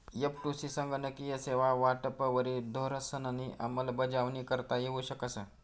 एफ.टु.सी संगणकीय सेवा वाटपवरी धोरणंसनी अंमलबजावणी करता येऊ शकस